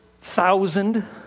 thousand